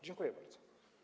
Dziękuję bardzo.